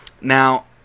Now